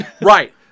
Right